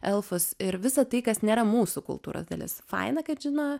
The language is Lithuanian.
elfus ir visa tai kas nėra mūsų kultūros dalis faina kad žino